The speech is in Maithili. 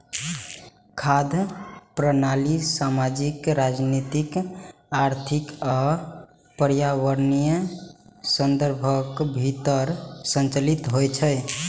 खाद्य प्रणाली सामाजिक, राजनीतिक, आर्थिक आ पर्यावरणीय संदर्भक भीतर संचालित होइ छै